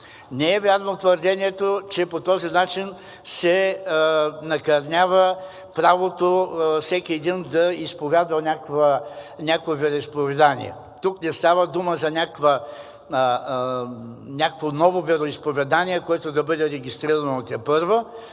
Не е вярно твърдението, че по този начин се накърнява правото всеки един да изповядва някакво вероизповедание. Тук не става дума за някакво ново вероизповедание, което да бъде регистрирано тепърва